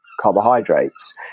carbohydrates